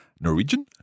Norwegian